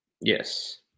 yes